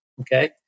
Okay